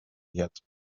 yet